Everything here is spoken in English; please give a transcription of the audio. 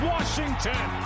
Washington